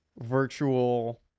virtual